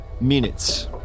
Minutes